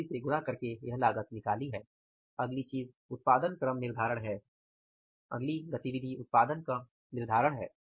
अगली चीज़ उत्पादन क्रम निर्धारण है अगली गतिविधि उत्पादन क्रम निर्धारण है